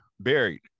Buried